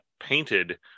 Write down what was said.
painted